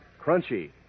crunchy